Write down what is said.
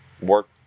work